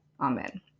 amen